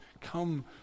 Come